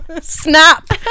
snap